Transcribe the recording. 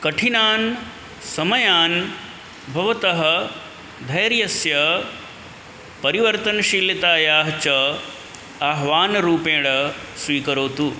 कठिनान् समयान् भवान् धैर्यस्य परिवर्तनशीलतायाः च आह्वानरूपेण स्वीकरोतु